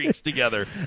together